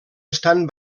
estan